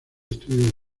estudio